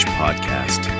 podcast